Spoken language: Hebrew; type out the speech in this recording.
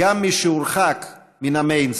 גם למי שהורחק מהמיינסטרים,